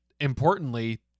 importantly